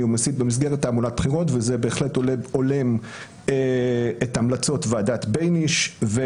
ומסית במסגרת תעמולת בחירות וזה בהחלט הולם את המלצות ועדת בייניש.